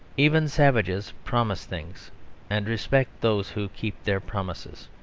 even savages promise things and respect those who keep their promises.